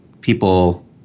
people